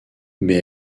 mais